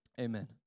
amen